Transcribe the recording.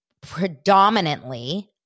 predominantly